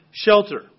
shelter